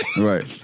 Right